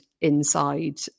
inside